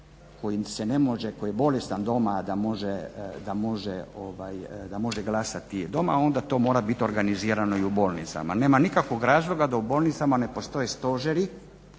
koji je bolestan doma, a da može glasati je doma, onda to mora biti organizirano i u bolnicama. Nema nikakvog razloga da u bolnicama ne postoje stožeri